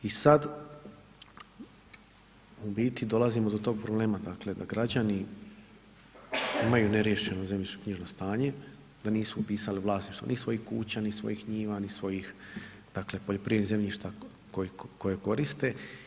I sad u biti dolazimo do tog problema dakle da građani imaju neriješeno zemljišno knjižno stanje, da nisu upisali vlasništvo ni svojih kuća, ni svojih njiva ni svojih dakle poljoprivrednih zemljišta koje koriste.